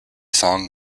song